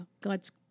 God's